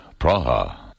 Praha